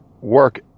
work